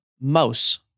Mouse